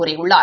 கூறியுள்ளார்